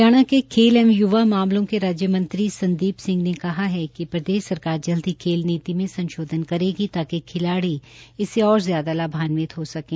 हरियाणा के खेल एवं युवा मामलों के राजय मंत्री संदीप सिंह ने कहा है कि प्रदेश सरकार जल्द ही खेल नीति में संशोधन करेगी ताकि खिलाड़ी इससे और ज्यादा लाभान्वित हो सकें